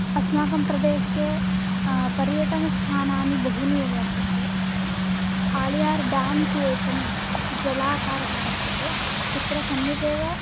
अस्माकं प्रदेशे पर्यटनस्थानानि बहूनि एव वर्तन्ते आळियार् डेम् इति एकः जलाकारः वर्तते तत्र सम्यक् एव